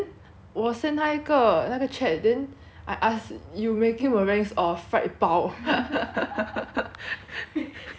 我 send 她一个那个 chat then I ask you making meringue or fried 包